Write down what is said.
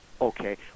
Okay